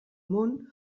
món